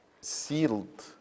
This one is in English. sealed